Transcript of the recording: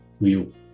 view